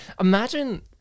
imagine